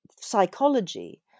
psychology